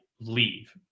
leave